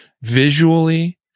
visually